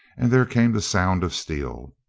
and there came the sound of steel.